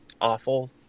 awful